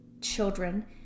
children